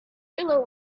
pillow